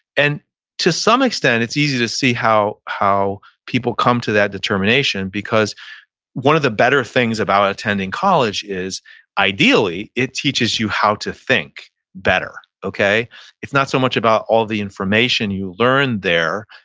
and to some extent it's easy to see how how people come to that determination. because one of the better things about attending college is ideally, it teaches you how to think better. it's not so much about all the information you learn there,